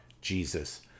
Jesus